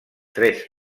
tres